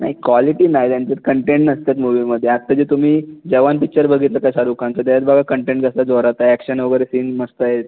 नाही क्वालिटी नाही रे आणि त्यात कंटेट नसतात मुवीमध्ये आता जे तुम्ही जवान पिक्चर बघितला का शाहरुख खानचा त्याच्यात बघा कंटेंट कसला जोरात आहे ॲक्शन वगैरे सीन मस्त आहेत